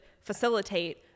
facilitate